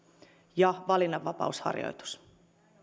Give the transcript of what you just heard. ja valinnanvapausharjoitus